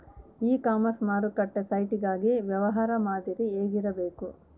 E commerce ಮಾರುಕಟ್ಟೆ site ಗಾಗಿ ವ್ಯವಹಾರ ಮಾದರಿ ಏನಾಗಿರಬೇಕು?